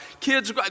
kids